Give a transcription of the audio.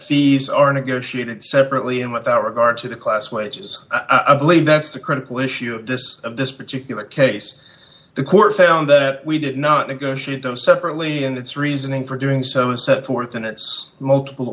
fees are negotiated separately and without regard to the class wages i believe that's the critical issue of this of this particular case the court found that we did not negotiate those separately and it's reasoning for doing so set forth in its multiple